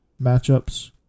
matchups